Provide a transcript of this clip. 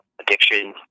addiction